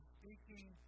speaking